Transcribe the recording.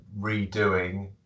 redoing